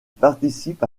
participe